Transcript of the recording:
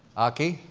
aki,